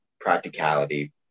practicality